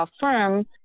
firm